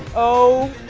oh,